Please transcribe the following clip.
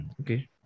okay